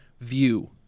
view